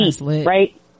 right